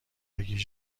گیج